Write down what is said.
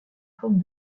forme